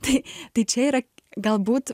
tai tai čia yra galbūt